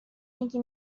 اینکه